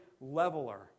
leveler